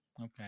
Okay